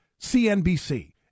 CNBC